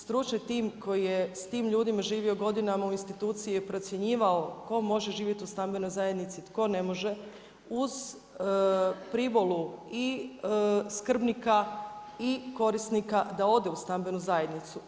Stručni tim koji je s tim ljudima živio u instituciji i procjenjivao tko može živjeti u stambenoj zajednici, tko ne može, uz privolu i skrbnika i korisnika da ode u stambenu zajednicu.